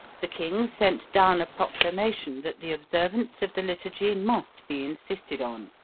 the king sent down a proclamation that the observance of the liturgy must be insisted on.